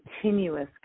continuous